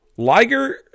Liger